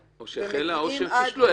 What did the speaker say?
לסוף התקופה --- או שהחלה או שהם פישלו.